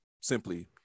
simply